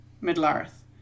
Middle-earth